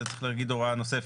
אז צריך להגיד הוראה נוספת.